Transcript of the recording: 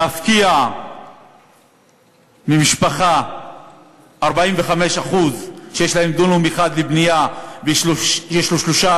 להפקיע למשפחה 45% כשיש להם דונם אחד לבנייה ויש שלושה,